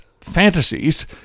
fantasies